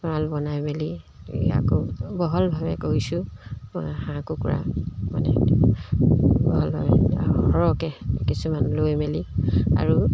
গঁৰাল বনাই মেলি আকৌ বহলভাৱে কৈছোঁ মই হাঁহ কুকুৰা মানে বহলভাৱে সৰহকৈ কিছুমান লৈ মেলি আৰু